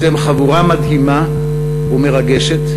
אתם חבורה מדהימה ומרגשת,